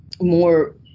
more